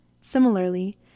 Similarly